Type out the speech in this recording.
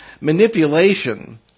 manipulation